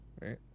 right